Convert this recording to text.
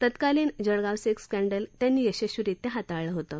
तत्कालीन Jalgaon sex scandal त्यांनी यशस्वीरित्या हाताळलं होतं